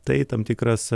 tai tam tikras